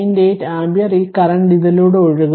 8 ampere ഈ current ഇതിലൂടെ ഒഴുകുന്നു